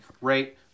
Rate